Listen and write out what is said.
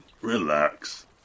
Relax